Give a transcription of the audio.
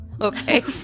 okay